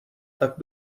tak